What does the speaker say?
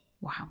Wow